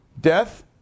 death